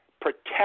protect